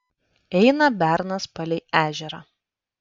eina bernas palei ežerą